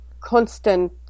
constant